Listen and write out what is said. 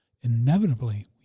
Inevitably